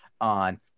on